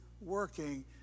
working